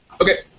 Okay